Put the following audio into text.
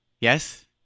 Yes